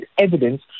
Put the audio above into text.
evidence